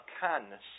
kindness